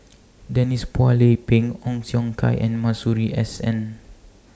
Denise Phua Lay Peng Ong Siong Kai and Masuri S N